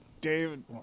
David